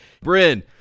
Bryn